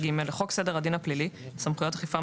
ג' לחוק סדר הדין הפלילי (סמכויות אכיפה,